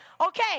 Okay